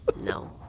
No